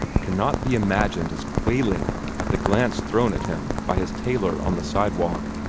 cannot be imagined as quailing at the glance thrown at him by his tailor on the sidewalk.